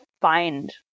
find